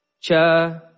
Cha